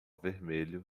vermelho